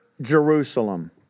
Jerusalem